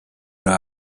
know